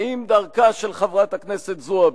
האם דרכה של חברת הכנסת זועבי,